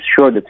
sure